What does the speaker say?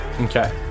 Okay